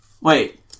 Wait